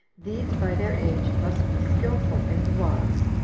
these, by their age, must be skillful in the laws,